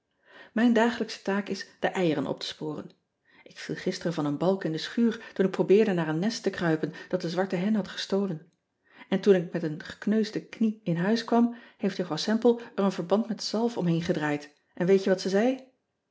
ijn dagelijksche taak is de eieren op te sporen k viel gisteren van een balk in de schuur toen ik pobeerde naar een nest te kruipen dat de zwarte hen had gestolen n toen ik met een gekneusde knie in huis kwam heeft juffrouw emple er een verband met zalf om heen gedaan en weet je wat ze zei